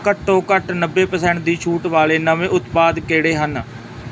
ਘੱਟੋ ਘੱਟ ਨੱਬੇ ਪਰਸੈਂਟ ਦੀ ਛੋਟ ਵਾਲੇ ਨਵੇਂ ਉਤਪਾਦ ਕਿਹੜੇ ਹਨ